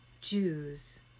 Jews